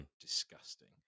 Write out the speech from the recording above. disgusting